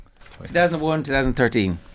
2001-2013